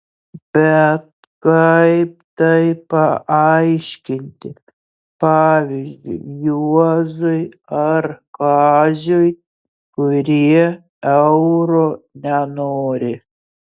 bet kaip tai paaiškinti pavyzdžiui juozui ar kaziui kurie euro nenori